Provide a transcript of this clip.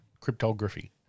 cryptography